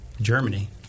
Germany